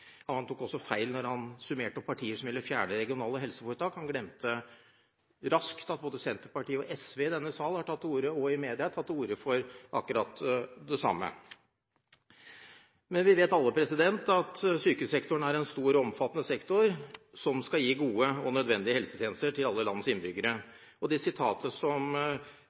Han tok også feil da han summerte opp partier som ville fjerne regionale helseforetak. Han glemte raskt at både Senterpartiet og SV i denne sal og i media har tatt til orde for akkurat det samme. Vi vet alle at sykehussektoren er en stor og omfattende sektor som skal gi gode og nødvendige helsetjenester til alle landets innbyggere. Det sitatet som